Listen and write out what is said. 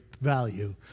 value